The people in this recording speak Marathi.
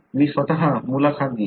मी स्वतः मुलाखत घेईन